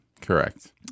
Correct